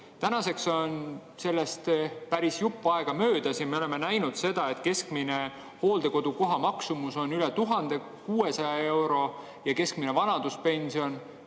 täitu. Tänaseks on sellest päris jupp aega möödas. Me oleme näinud, et keskmine hooldekodukoha maksumus on üle 1600 euro ja keskmine vanaduspension